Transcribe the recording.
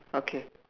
okay